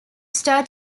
star